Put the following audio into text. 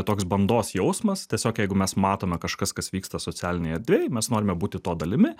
toks bandos jausmas tiesiog jeigu mes matome kažkas kas vyksta socialinėj erdvėj mes norime būti to dalimi